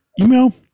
email